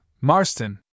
Marston